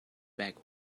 back